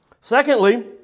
Secondly